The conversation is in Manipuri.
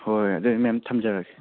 ꯍꯣꯏ ꯍꯣꯏ ꯑꯗꯨꯗꯤ ꯃꯦꯝ ꯊꯝꯖꯔꯒꯦ